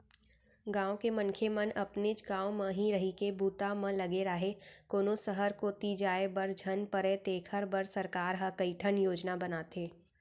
गाँव के मनखे मन अपनेच गाँव म ही रहिके बूता म लगे राहय, कोनो सहर कोती जाय बर झन परय तेखर बर सरकार ह कइठन योजना बनाथे